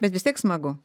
bet vis tiek smagu